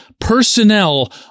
personnel